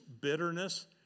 bitterness